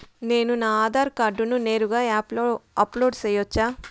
నేను నా ఆధార్ కార్డును నేరుగా యాప్ లో అప్లోడ్ సేయొచ్చా?